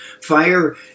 fire